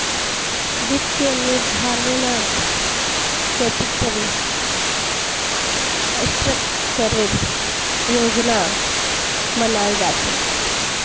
वित्तीय निर्धारणत कैपिटल स्ट्रक्चरेर योजना बनाल जा छेक